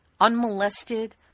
unmolested